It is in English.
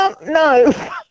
No